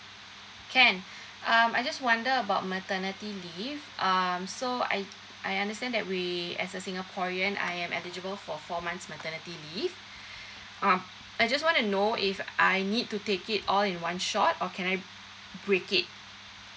can um I'm just wonder about maternity leave um so I I understand that we as a singaporean I am eligible for four months maternity leave um I just want to know if I need to take it all in one shot or can I break it